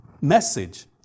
message